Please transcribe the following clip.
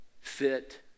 fit